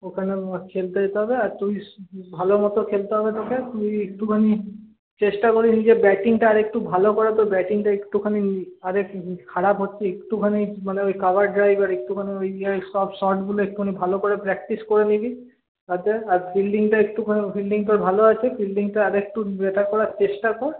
ওইখানে খেলতে যেতে হবে আর তুই ভালোমতো খেলতে হবে তোকে তুই একটুখানি চেষ্টা করিস নিজে ব্যাটিংটা আর একটু ভালো করে তোর ব্যাটিংটা একটুখানি খারাপ হচ্ছে একটুখানি মানে ওই কভার ড্রাইভ আর একটুখানি সব শর্টগুলো একটুখানি ভালো করে প্র্যাকটিস করে নিবি আর ফিল্ডিংটা একটুখানি ফিল্ডিং তোর ভালো আছে ফিল্ডিংটা আর একটু বেটার করার চেষ্টা কর